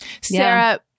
Sarah